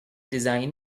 design